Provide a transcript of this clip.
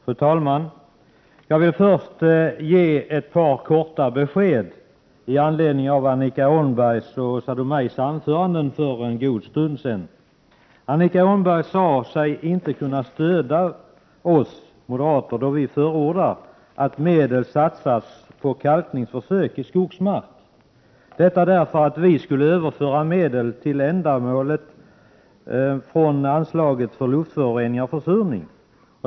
Fru talman! Jag vill först ge ett par korta besked i anledning av Annika Åhnbergs och Åsa Domeijs anföranden för en god stund sedan. Annika Åhnberg sade sig inte kunna stödja oss moderater då vi förordar att medel satsas på kalkningsförsök i skogsmark eftersom vi skulle överföra medel till ändamålet från anslaget för luftföroreningar och försurning.